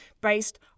based